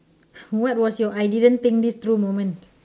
what was your I didn't think this through moment